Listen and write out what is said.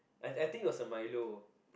I I think was a milo